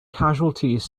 casualties